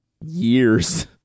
years